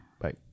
bye